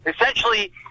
Essentially